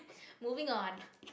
moving on